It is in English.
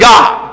God